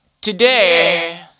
today